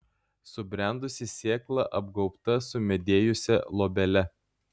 subrendusi sėkla apgaubta sumedėjusia luobele